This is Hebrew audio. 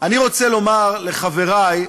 אני רוצה לומר לחברי,